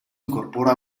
incorpora